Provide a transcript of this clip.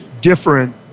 different